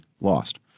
lost